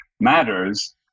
matters